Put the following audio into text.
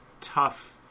tough